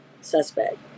suspect